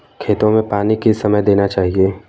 खेतों में पानी किस समय देना चाहिए?